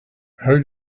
how